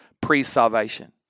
pre-salvation